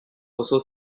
also